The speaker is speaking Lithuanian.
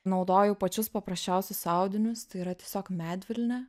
naudoju pačius paprasčiausius audinius tai yra tiesiog medvilnė